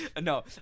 No